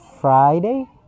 Friday